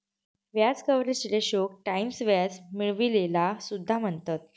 व्याज कव्हरेज रेशोक टाईम्स व्याज मिळविलेला सुद्धा म्हणतत